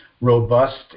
robust